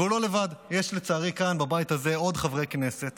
והוא לא לבד, לצערי יש כאן בבית הזה עוד חברי כנסת